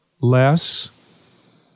Less